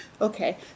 Okay